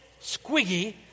Squiggy